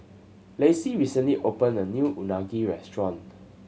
Lacey recently opened a new Unagi restaurant